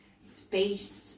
space